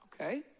Okay